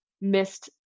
missed